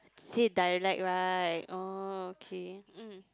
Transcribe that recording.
say dialect right orh okay mm